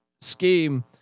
scheme